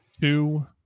two